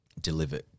deliver